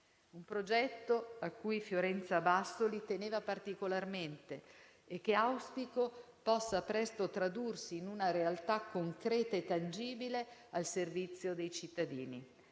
un progetto a cui Fiorenza Bassoli teneva particolarmente e che auspico possa presto tradursi in una realtà concreta e tangibile al servizio dei cittadini.